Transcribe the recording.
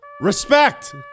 Respect